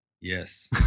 yes